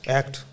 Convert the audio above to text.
act